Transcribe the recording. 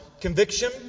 conviction